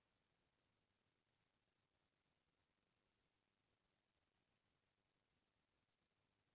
मोला मोर credit card के पिछला तीन महीना के विवरण कहाँ ले अऊ कइसे मिलही?